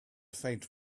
faint